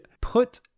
put